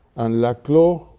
and laclos,